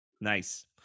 Nice